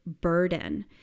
burden